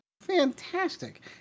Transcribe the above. Fantastic